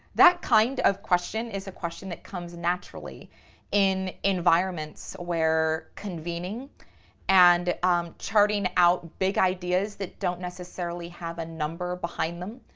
that kind of question is a question that comes naturally in environments where convening convening and charting out big ideas that don't necessarily have a number behind them,